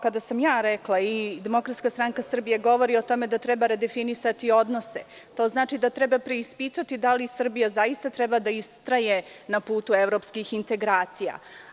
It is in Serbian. Kada sam ja rekla i DSS govori o tome da treba redefinisati odnose, to znači da treba preispitati da li Srbija zaista treba da istraje na putu evropskih integracija.